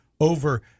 over